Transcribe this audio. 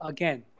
Again